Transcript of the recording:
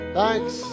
Thanks